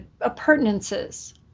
appurtenances